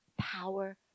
power